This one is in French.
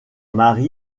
mari